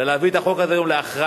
אלא להביא את החוק הזה היום להכרעה,